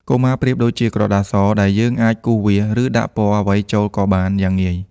កុមារប្រៀបដូចជាក្រដាសស ដែលយើងអាចគូសវាស ឬដាក់ពណ៌អ្វីចូលក៏បានយ៉ាងងាយ។